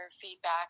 feedback